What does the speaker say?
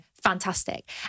fantastic